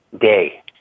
day